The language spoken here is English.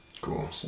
Cool